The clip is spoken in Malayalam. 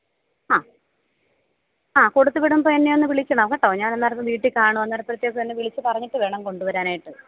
ആ അ കൊടുത്തു വിടുമ്പോൾ എന്നെ ഒന്ന് വിളിക്കണം കേട്ടോ ഞാൻ അന്നേരം അത് വീട്ടിൽ കാണും അന്നേരത്തേക്ക് എന്നെ വിളിച്ചു പറഞ്ഞിട്ട് വേണം കൊണ്ടു വരാനായിട്ട്